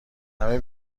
همه